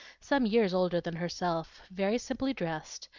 some years older than herself, very simply dressed,